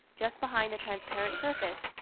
just behind the transparent surface,